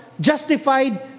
justified